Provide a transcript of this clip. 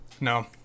no